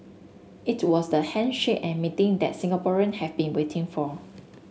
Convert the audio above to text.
it was the handshake and meeting that Singaporean have been waiting for